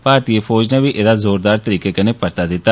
भारतीय फौज नै बी एहदा जोरदार तरीकें कन्नै परता दिता